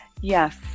Yes